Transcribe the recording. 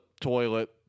toilet